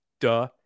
Duh